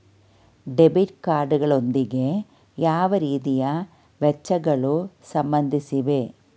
Debit card ಗಳೊಂದಿಗೆ ಯಾವ ರೀತಿಯ ವೆಚ್ಚಗಳು ಸಂಬಂಧಿಸಿವೆ?